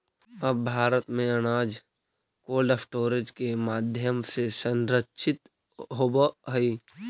अब भारत में अनाज कोल्डस्टोरेज के माध्यम से संरक्षित होवऽ हइ